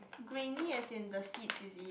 grainy as in the seeds is it